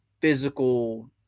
physical